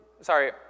Sorry